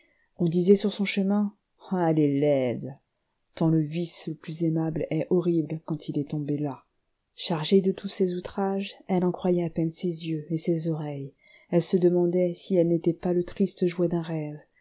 on disait sur son chemin elle est laide tant le vice le plus aimable est horrible quand il est tombé là chargée de tous ces outrages elle en croyait à peine ses yeux et ses oreilles elle se demandait si elle n'était pas le triste jouet d'un rêve